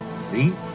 See